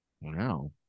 Wow